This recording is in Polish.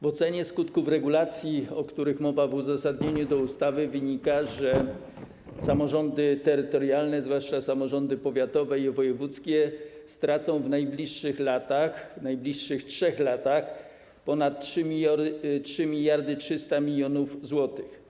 Z oceny skutków regulacji, o których mowa w uzasadnieniu ustawy, wynika, że samorządy terytorialne, zwłaszcza samorządy powiatowe i wojewódzkie, stracą w najbliższych latach, najbliższych 3 latach, ponad 3300 mln zł.